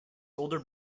older